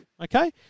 Okay